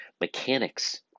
mechanics